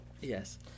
Yes